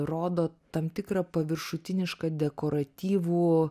rodo tam tikrą paviršutinišką dekoratyvų